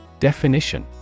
Definition